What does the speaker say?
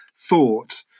thought